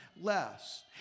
less